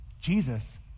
Jesus